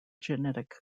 genetic